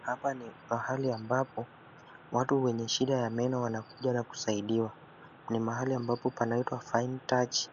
Hapa ni pahali ambapo watu wenye shida ya meno wanakuja na kusaidiwa. Ni mahali ambapo panaitwa Fine Touch